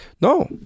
no